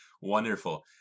Wonderful